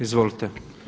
Izvolite.